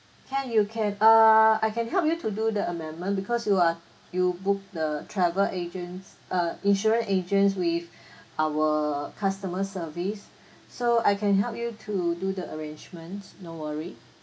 can you can err I can help you to do the amendment because you are you book the travel agents uh insurance agents with our customer service so I can help you to do the arrangements no worry